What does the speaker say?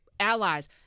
Allies